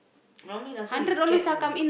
normally last time he scared you know